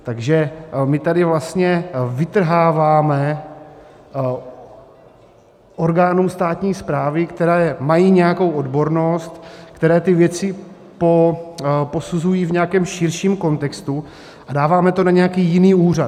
Takže my tady vlastně vytrháváme orgánům státní správy, které mají nějakou odbornost, které ty věci posuzují v nějakém širším kontextu, a dáváme to na nějaký jiný úřad.